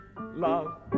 love